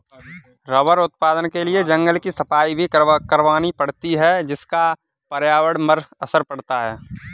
rubber उत्पादन के लिए जंगल की सफाई भी करवानी पड़ती है जिसका पर्यावरण पर असर पड़ता है